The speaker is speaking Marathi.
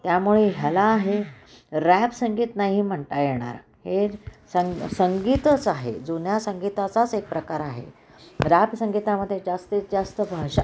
त्यामुळे ह्याला हे रॅप संगीत नाही म्हणता येणार हे सं संगीतच आहे जुन्या संगीताचाच एक प्रकार आहे रॅप संगीतामध्ये जास्तीत जास्त भाषा